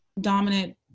dominant